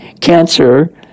cancer